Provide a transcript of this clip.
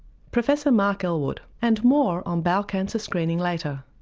professor mark elwood. and more on bowel cancer screening later.